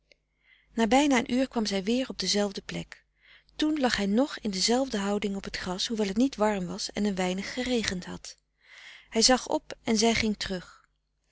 na bijna een uur kwam zij weer op dezelfde plek toen lag hij nog in dezelfde houding op t gras hoewel het niet warm was en een weinig geregend had hij zag op en zij ging terug